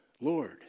Lord